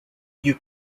you